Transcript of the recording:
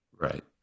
right